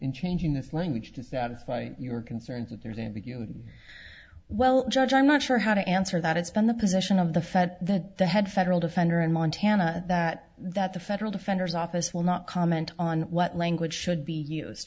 in changing this language to satisfy your concerns that there's a big you well judge i'm not sure how to answer that it's been the position of the fed that the head federal defender in montana that that the federal defenders office will not comment on what language should be used